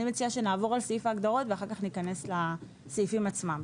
אני מציעה שנעבור על סעיף ההגדרות ואחר כך ניכנס לסעיפים עצמם.